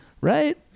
right